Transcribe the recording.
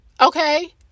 Okay